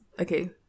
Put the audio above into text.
okay